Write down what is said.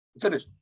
Finish